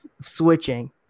switching